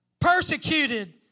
persecuted